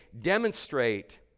demonstrate